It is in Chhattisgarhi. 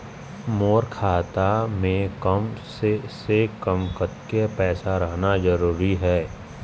मोर खाता मे कम से से कम कतेक पैसा रहना जरूरी हे?